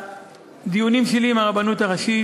בדיונים שלי עם הרבנות הראשית